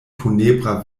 funebra